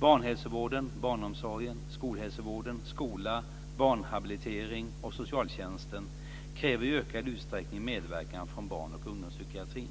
Barnhälsovården, barnomsorgen, skolhälsovården, skola, barnhabilitering och socialtjänsten kräver i ökad utsträckning medverkan från barn och ungdomspsykiatrin.